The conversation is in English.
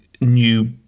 new